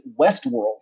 Westworld